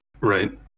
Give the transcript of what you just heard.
Right